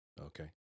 Okay